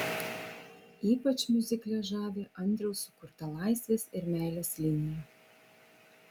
ypač miuzikle žavi andriaus sukurta laisvės ir meilės linija